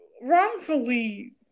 wrongfully